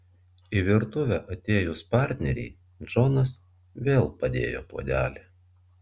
į virtuvę atėjus partnerei džonas vėl padėjo puodelį